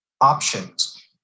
options